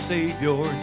Savior